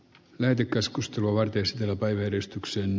lähetekeskusteluun restel selvitetyksi